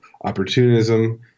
opportunism